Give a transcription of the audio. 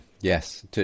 yes